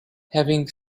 having